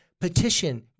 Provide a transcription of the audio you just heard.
petition